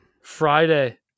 friday